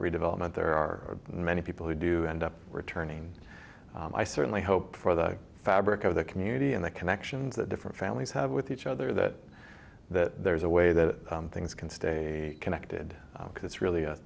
redevelopment there are many people who do end up returning i certainly hope for the fabric of the community and the connections that different families have with each other that that there's a way that things can stay a connected because it's really a